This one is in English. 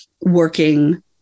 working